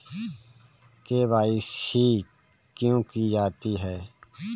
KYC क्यों की जाती है?